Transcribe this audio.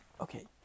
Okay